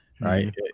right